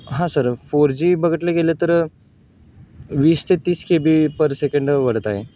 हां sir four G बघितलं गेलं तर वीस ते तीस के बी पर सेकंड ओढत आहे